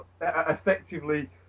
effectively